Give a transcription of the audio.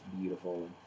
beautiful